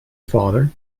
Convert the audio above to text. father